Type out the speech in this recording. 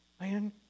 Man